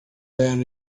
then